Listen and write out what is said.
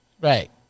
Right